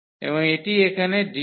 এবং এটি এখানে dy